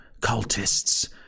cultists